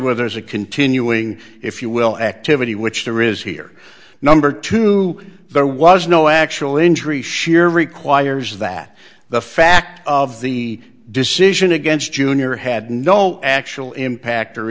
where there's a continuing if you will activity which there is here number two there was no actual injury sheer requires that the fact of the decision against jr had no actual impact or